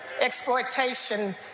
exploitation